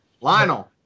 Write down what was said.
Lionel